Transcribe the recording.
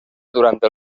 durante